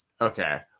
Okay